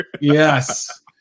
Yes